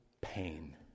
pain